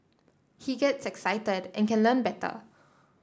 he gets excited and can learn better